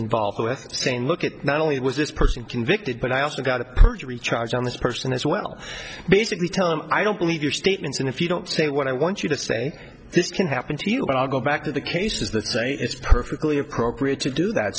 involved with saying look at not only was this person convicted but i also got a perjury charge on this person as well basically tell him i don't believe your statements and if you don't say what i want you to say this can happen to you but i'll go back to the cases that say it's perfectly appropriate to do that